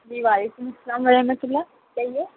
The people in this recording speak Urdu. جی وعلیکم السلام ورحمت اللہ کہیے